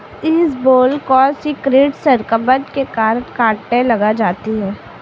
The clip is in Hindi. इसबगोल कौनसे कीट संक्रमण के कारण कटने लग जाती है?